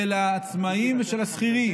של העצמאים ושל השכירים,